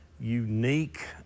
unique